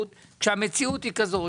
המציאות היא כזאת